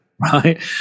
right